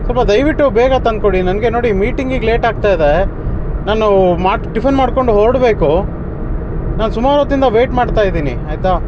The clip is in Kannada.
ಸ್ವಲ್ಪ ದಯವಿಟ್ಟು ಬೇಗ ತಂದುಕೊಡಿ ನನಗೆ ನೋಡಿ ಮೀಟಿಂಗಿಗೆ ಲೇಟ್ ಆಗ್ತಾ ಇದೆ ನಾನು ಮಾಡಿ ಟಿಫನ್ ಮಾಡ್ಕೊಂಡು ಹೊರಡ್ಬೇಕು ನಾನು ಸುಮಾರು ಹೊತ್ತಿಂದ ವೇಯ್ಟ್ ಮಾಡ್ತಾ ಇದ್ದೀನಿ ಆಯಿತಾ